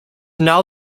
now